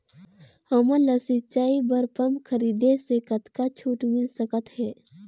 हमन ला सिंचाई बर पंप खरीदे से कतका छूट मिल सकत हे?